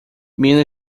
minas